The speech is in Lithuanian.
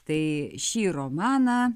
tai šį romaną